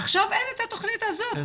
עכשיו אין את התוכנית הזאת.